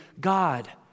God